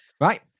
right